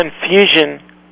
confusion